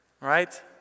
Right